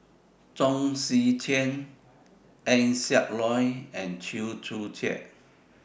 Chong Tze Chien Eng Siak Loy and Chew Joo Chiat